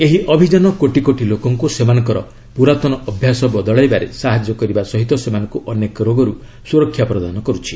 ଏହି ଅଭିଯାନ କୋଟି କୋଟି ଲୋକଙ୍କୁ ସେମାନଙ୍କର ପୁରାତନ ଅଭ୍ୟାସ ବଦଳାଇବାରେ ସାହାଯ୍ୟ କରିବା ସହ ସେମାନଙ୍କୁ ଅନେକ ରୋଗରୁ ସୁରକ୍ଷା ପ୍ରଦାନ କରୁଛି